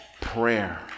prayer